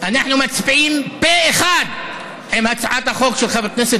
אנחנו מצביעים פה אחד על הצעת החוק של חבר הכנסת